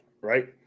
right